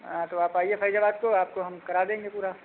हाँ तो आप आइए फैजाबाद को आपको हम करा देंगे पूरा